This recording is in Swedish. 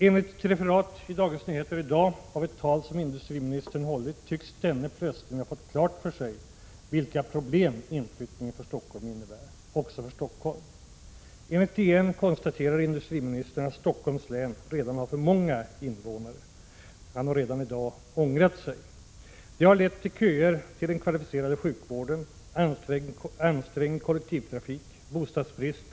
Enligt ett referat i Dagens Nyheter i dag av ett tal som industriministern hållit tycks industriministern plötsligt ha fått klart för sig vilka problem inflyttningen till Stockholm innebär, också för Stockholm. Enligt DN konstaterar industriministern — men han hade redan i dag ångrat sig — att Stockholms län redan har för många invånare. Det har lett till köer till den kvalificerade sjukvården, ansträngd kollektivtrafik och bostadsbrist.